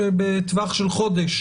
שבטווח של חודש